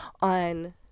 on